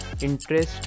interest